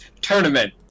tournament